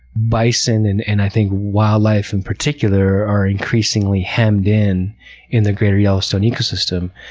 bison, and and i think wildlife in particular, are increasingly hemmed in in the greater yellowstone ecosystem.